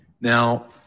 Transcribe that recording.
Now